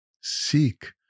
seek